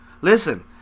Listen